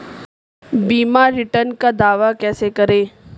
बीमा रिटर्न का दावा कैसे करें?